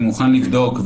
אני מוכן לבדוק,